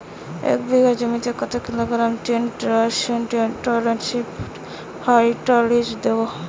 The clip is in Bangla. এক বিঘা জমিতে কত kilogram ten twenty six twenty six fertiliser দেবো?